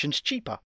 cheaper